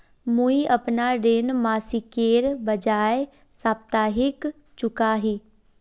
मुईअपना ऋण मासिकेर बजाय साप्ताहिक चुका ही